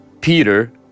Peter